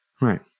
right